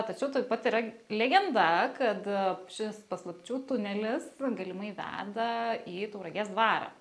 tačiau taip pat yra legenda kad šis paslapčių tunelis galimai veda į tauragės dvarą